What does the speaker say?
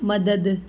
मदद